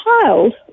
child